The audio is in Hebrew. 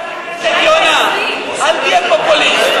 חבר הכנסת יונה, אל תהיה פופוליסט.